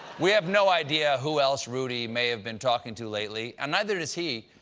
we have no idea who else rudy may have been talking to lately, and neither does he,